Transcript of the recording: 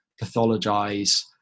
pathologize